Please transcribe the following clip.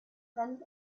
rennt